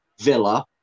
Villa